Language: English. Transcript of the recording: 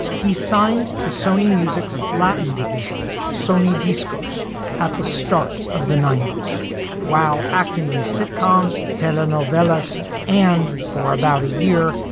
he signed to sony music's latin division sony discos at the start of the ninety s while acting in sitcoms, telenovelas and for about a year.